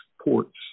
ports